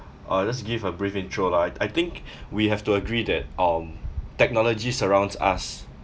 I'll just give a brief intro lah I I think we have to agree that um technology surrounds us